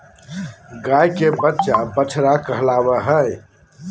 गाय के बच्चा बछड़ा कहलावय हय